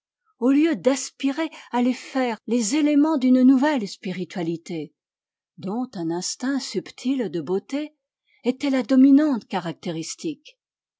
au lieu d'aspirer à les faire les éléments d'une nouvelle spiritualité dont un instinct subtil de beauté était la dominante caractéristique